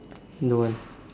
no one